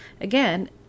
again